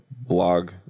blog